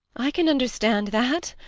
i can understand that!